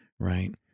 Right